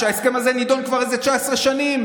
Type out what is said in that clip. שההסכם הזה נדון כבר איזה 19 שנים.